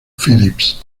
phillips